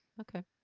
Okay